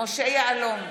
אינה נוכחת משה יעלון,